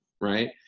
right